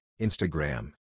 Instagram